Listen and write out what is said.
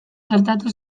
gertatu